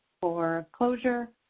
for closure.